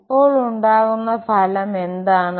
ഇപ്പോൾ ഉണ്ടാകുന്ന ഫലം എന്താണ്